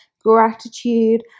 gratitude